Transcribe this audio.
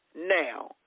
now